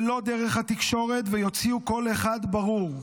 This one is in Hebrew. ולא דרך התקשורת, ויוציאו קול אחד ברור,